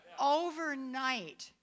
Overnight